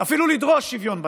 אפילו לדרוש שוויון בנטל.